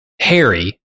Harry